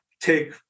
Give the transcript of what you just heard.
take